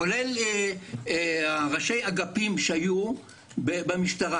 כולל ראשי אגפים שהיו במשטרה,